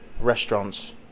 restaurants